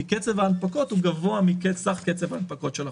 כי קצב ההנפקות מסך קצב ההנפקות של החוב.